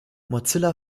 mozilla